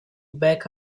back